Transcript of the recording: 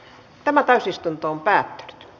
tämä täysistuntompää